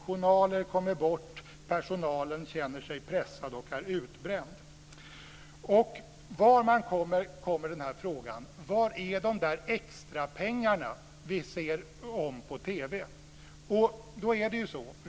Journaler kommer bort, och personalen känner sig pressad och är utbränd. Var man kommer hör man frågan: Var är de extra pengar som det talas om på TV?